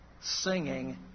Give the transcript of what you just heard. singing